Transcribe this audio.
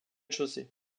chaussée